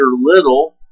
little